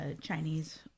Chinese